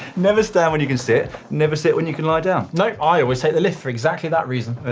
never stand when you can sit. never sit when you can lie down. no, i always take the lift for exactly that reason.